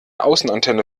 außenantenne